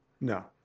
No